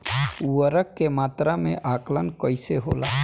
उर्वरक के मात्रा में आकलन कईसे होला?